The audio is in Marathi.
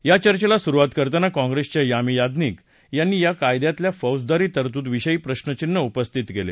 या चर्चेला सुरुवात करताना काँग्रिसच्या यामी याज्ञीक यांनी या कायद्यातल्या फौजदारी तरतूदी विषयी प्रश्रचिन्ह उपस्थित केलं